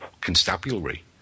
constabulary